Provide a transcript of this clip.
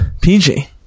pg